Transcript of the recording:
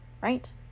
right